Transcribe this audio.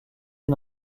est